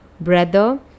brother